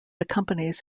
accompanies